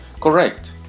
Correct